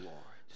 Lord